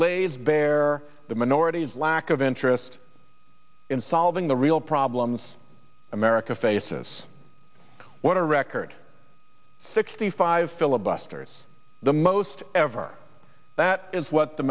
lays bare the minorities lack of interest in solving the real problems america faces what a record sixty five filibusters the most ever that is what the